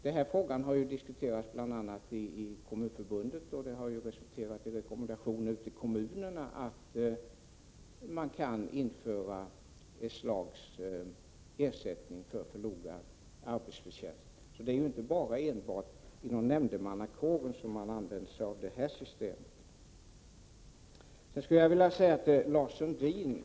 Den här frågan har bl.a. diskuterats i Kommunförbundet. Det har resulterat i rekommendationer ute i kommunerna om att man kan införa ett slags ersättning för förlorad arbetsförtjänst. Det är inte bara inom nämndemannakåren man använder sig av detta system. Lars Sundin!